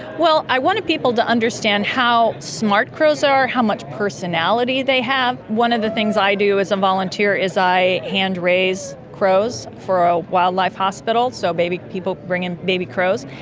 well, i wanted people to understand how smart crows are, how much personality they have. one of the things i do as a volunteer is i hand raise crows for a wildlife hospital, so people bring in baby crows,